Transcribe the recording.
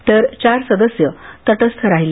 तर चार सदस्य तटस्थ राहिले